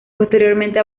posteriormente